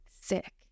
sick